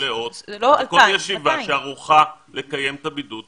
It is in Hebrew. מלאות וכל ישיבה שערוכה לקיים את הבידוד,